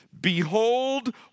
Behold